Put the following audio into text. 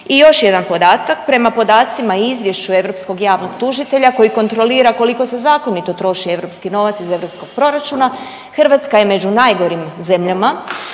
i još jedan podatak, prema podacima u Izvješću europskog javnog tužitelja koji kontrolira koliko se zakonito troši europski novac iz EU proračuna, Hrvatska je među najgorim zemljama